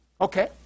Okay